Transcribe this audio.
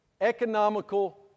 economical